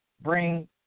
bring